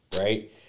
right